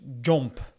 jump